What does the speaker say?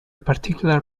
particular